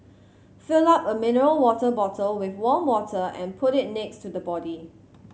fill up a mineral water bottle with warm water and put it next to the body